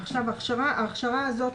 ההכשרה הזאת